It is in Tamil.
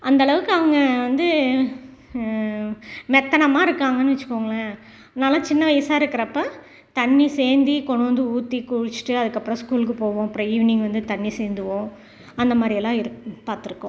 அந்த அளவுக்கு அவங்க வந்து மெத்தனமாக இருக்காங்கன்னு வச்சுக்கோங்களேன் நானெலாம் சின்ன வயதா இருக்கிறப்ப தண்ணி சேர்ந்தி கொண்டு வந்து ஊற்றி குளிச்சுட்டு அதுக்கு அப்புறம் ஸ்கூலுக்கு போவோம் அப்புறம் ஈவினிங் வந்து தண்ணி சேர்ந்துவோம் அந்த மாதிரி எல்லாம் இருக்குது பார்த்துருக்கோம்